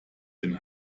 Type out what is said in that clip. den